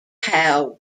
how